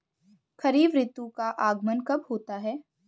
खरीफ ऋतु का आगमन कब होता है?